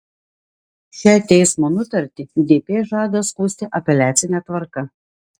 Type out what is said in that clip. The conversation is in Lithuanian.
šią teismo nutartį dp žada skųsti apeliacine tvarka